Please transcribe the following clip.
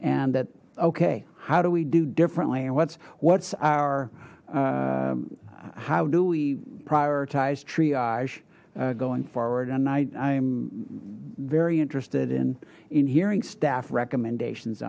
and that okay how do we do differently and what's what's our how do we prioritize triage going forward and i'm very interested in in hearing staff recommendations